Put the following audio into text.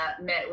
met